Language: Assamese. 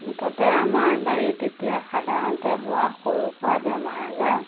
মুঠতে আমাৰ বাৰীত এতিয়া সাধাৰণতে হোৱা সৰু সুৰা বেমাৰ আজাৰ